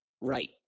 Right